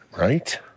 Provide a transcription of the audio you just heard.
right